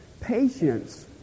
Patience